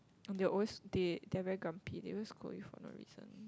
on their own they they are very grumpy they always scold you for no reason